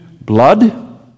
blood